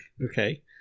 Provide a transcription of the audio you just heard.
okay